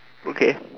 okay